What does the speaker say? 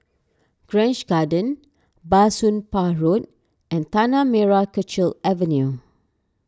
Grange Garden Bah Soon Pah Road and Tanah Merah Kechil Avenue